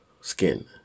skin